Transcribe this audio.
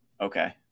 Okay